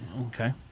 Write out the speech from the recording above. Okay